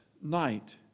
night